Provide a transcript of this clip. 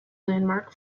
landmark